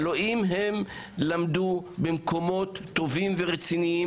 הלוא הם למדו במקומות טובים ורציניים,